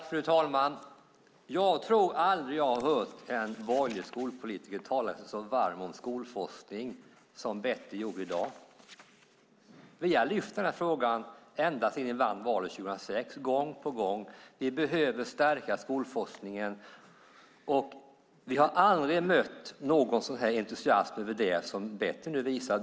Fru talman! Jag tror aldrig att jag har hört en borgerlig skolpolitiker tala sig så varm för skolforskning som Betty gjorde i dag. Vi har lyft fram den här frågan gång på gång ända sedan ni vann valet 2006, att vi behöver stärka skolforskningen. Och vi har aldrig mött någon sådan entusiasm över det som Betty nu visar.